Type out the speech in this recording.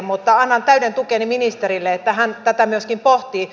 mutta annan täyden tukeni ministerille että hän tätä myöskin pohtii